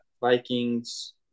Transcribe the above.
Vikings